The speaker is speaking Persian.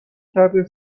کرده